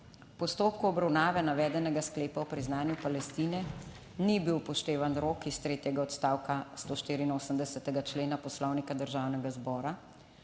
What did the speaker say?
postopku obravnave navedenega sklepa o priznanju Palestine ni bil upoštevan rok iz tretjega odstavka 184. člena Poslovnika Državnega zbora,